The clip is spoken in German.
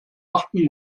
achten